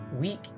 week